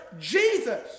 Jesus